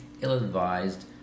ill-advised